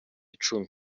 icumi